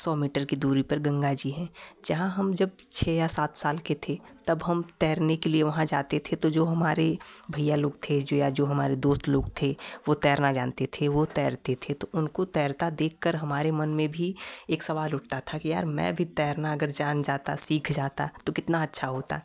सौ मीटर की दूरी पर गंगा जी हैं जहाँ हम जब छः या सात साल के थे तब हम तैरने के लिए वहाँ जाते थे तो जो हमारे भैया लोग थे जो या जो हमारे दोस्त लोग थे वो तैरना जानते थे वो तैरते थे तो उनको तैरता देखकर हमारे मन में भी एक सवाल उठता था कि यार मैं भी तैरना अगर जान जाता सीख जाता तो कितना अच्छा होता